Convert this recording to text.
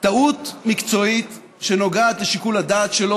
טעות מקצועית שנוגעת לשיקול הדעת שלו